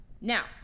Now